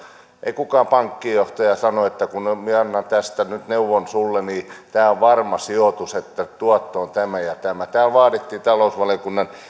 ei kukaan pankinjohtaja sano että kun minä annan tästä nyt neuvon sulle niin tämä on varma sijoitus tuotto on tämä ja tämä täällä vaadittiin talousvaliokunnan